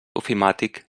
ofimàtic